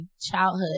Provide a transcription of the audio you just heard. childhood